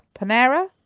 Panera